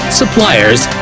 suppliers